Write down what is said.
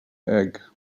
egg